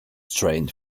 trained